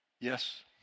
Yes